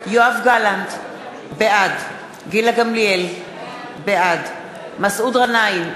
יואב גלנט, בעד גילה גמליאל, בעד מסעוד גנאים,